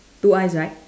two eyes right